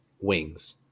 wings